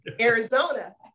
Arizona